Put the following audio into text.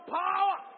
power